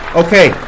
okay